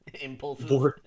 impulses